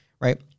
Right